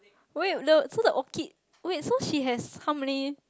wait look so the orchid wait so she has how many